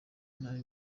nabi